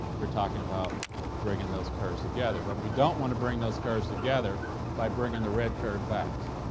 we're talking about bringing those curves together, but we don't want to bring those curves together by bringing the red curve back,